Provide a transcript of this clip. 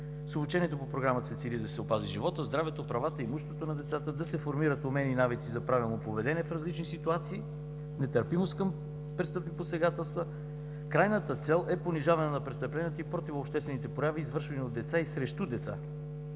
С обучението по Програмата се цели да се опази животът, здравето, правата, имуществото на децата, да се формират умения и навици за правилно поведение в различни ситуации – нетърпимост към престъпни посегателства. Крайната цел е понижаване на престъпленията и противообществените прояви, извършвани от деца и срещу деца,